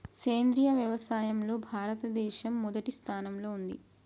సేంద్రియ వ్యవసాయంలో భారతదేశం మొదటి స్థానంలో ఉంది